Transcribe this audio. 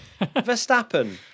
Verstappen